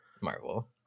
Marvel